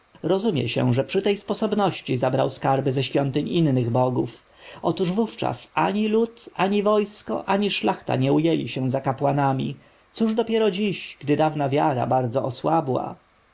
rozumie się że przy tej sposobności zabrał skarby ze świątyń innych bogów otóż wówczas ani lud ani wojsko ani szlachta nie ujęli się za kapłanami cóż dopiero dziś gdy dawna wiara bardzo osłabła